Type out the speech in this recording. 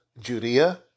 Judea